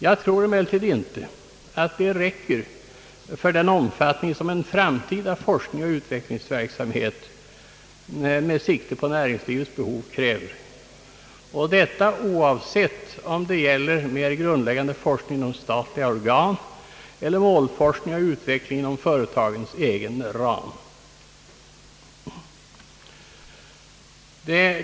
Jag tror emellertid inte att det räcker för att skapa en framtida forskningsoch utvecklingsverksamhet som är tillräcklig med tanke på näringslivets behov, detta oavsett om det gäller grundläggande forskning inom statliga organ eller målforskning och utveckling inom företagens egen ram.